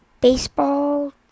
baseball